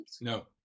No